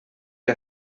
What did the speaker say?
que